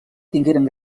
tingueren